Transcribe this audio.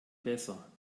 besser